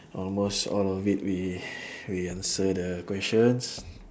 almost all of it we we answer the questions